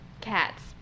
cats